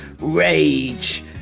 rage